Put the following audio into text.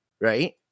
right